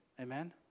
Amen